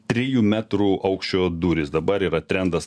trijų metrų aukščio durys dabar yra trendas